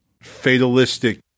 fatalistic